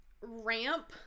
ramp